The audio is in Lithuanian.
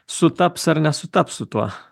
sutaps ar nesutaps su tuo